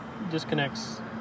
Disconnects